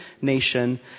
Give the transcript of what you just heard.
nation